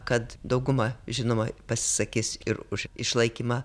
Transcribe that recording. kad dauguma žinoma pasisakys ir už išlaikymą